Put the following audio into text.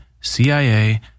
CIA